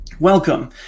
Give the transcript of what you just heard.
Welcome